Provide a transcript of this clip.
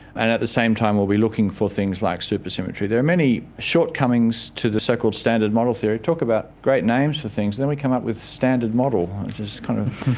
and at the same time will be looking for things like supersymmetry. there are many shortcomings to the so-called standard model theory. talk about great names for things, then we come up with standard model, which is kind of,